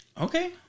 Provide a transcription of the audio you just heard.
Okay